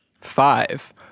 five